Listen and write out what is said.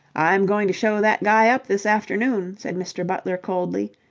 i'm going to show that guy up this afternoon, said mr. butler coldly.